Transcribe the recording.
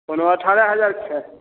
कोनो अठारह हजार के छै